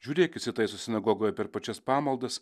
žiūrėk įsitaiso sinagogoje per pačias pamaldas